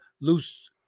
loose